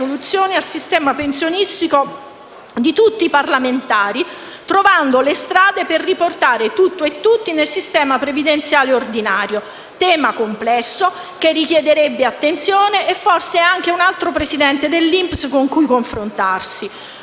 al sistema pensionistico di tutti i parlamentari, trovando le strade per riportare tutto e tutti nel sistema previdenziale ordinario, un tema complesso che richiederebbe attenzione e forse anche un altro presidente dell'INPS con cui confrontarsi.